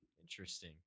Interesting